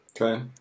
okay